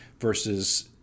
versus